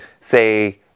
say